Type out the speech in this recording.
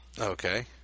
okay